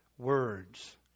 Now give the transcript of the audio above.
Words